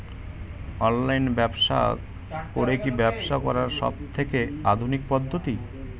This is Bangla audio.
অনলাইন ব্যবসা করে কি ব্যবসা করার সবথেকে আধুনিক পদ্ধতি?